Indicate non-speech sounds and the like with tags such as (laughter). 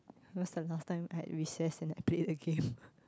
when's the last time I had recess and I played a game (laughs)